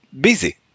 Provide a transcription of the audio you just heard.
busy